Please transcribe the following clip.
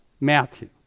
Matthew